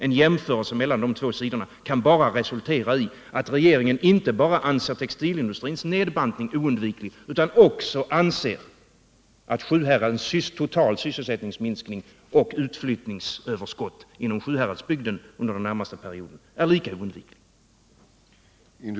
En jämförelse mellan de två sidorna kan bara resultera i att regeringen inte bara anser textilindustrins nedbantning oundviklig, utan också anser att Sjuhäradsbygdens sysselsättningsminskning och utflyttningsöverskott under den närmaste perioden är lika oundviklig.